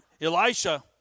Elisha